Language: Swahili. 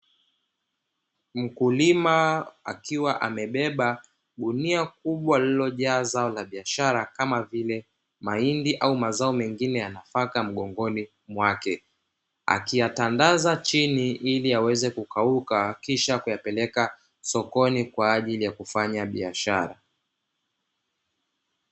Mkulima akiwa amebeba gunia kubwa lililojaa zao la kibiashara kama vile mahindi au mazao mengine yanafaka mgongoni mwake, akiyatangaza chini ili aweze kukauka kisha kuyapeleka sokoni kwa ajili ya kufanya biashara.